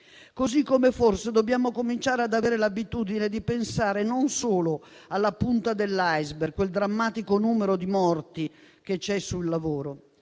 Così come forse dobbiamo cominciare ad avere l'abitudine di pensare non solo alla punta dell'*iceberg*, a quel drammatico numero di morti sul lavoro,